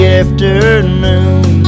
afternoon